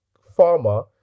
farmer